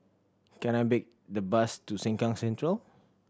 can I big the bus to Sengkang Central